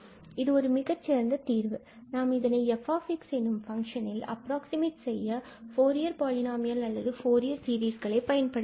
எனவே இது ஒரு மிகச்சிறந்த தீர்வு நாம் இதனை 𝑓𝑥 எனும் பங்ஷனில் அப்ராக்ஸிமட் செய்ய ஃபூரியர் பாலினாமியல் அல்லது ஃபூரியர் சீரிஸ்களை பயன்படுத்தலாம்